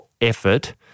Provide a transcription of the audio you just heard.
effort